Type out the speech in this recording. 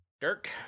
Dirk